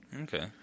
Okay